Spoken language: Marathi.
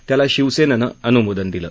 त्याला शिवसेनेनं अनुमोदन दिलं